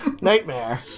Nightmare